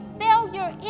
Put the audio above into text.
failure